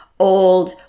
old